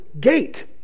gate